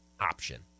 option